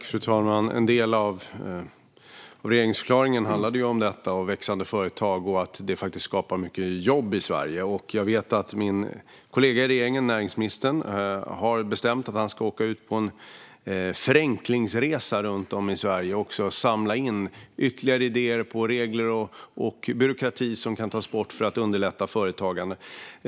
Fru talman! En del av regeringsförklaringen handlade om detta: om växande företag och att det faktiskt skapar mycket jobb i Sverige. Jag vet att min kollega i regeringen, näringsministern, har bestämt att han ska åka på en förenklingsresa runt om i Sverige och samla in ytterligare idéer om regler och byråkrati som kan tas bort för att underlätta företagande.